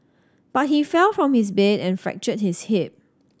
but he fell from his bed and fractured his hip